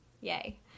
Yay